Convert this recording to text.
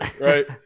right